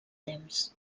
temps